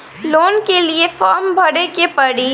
Loan के लिए form भरे के पड़ी?